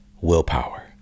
willpower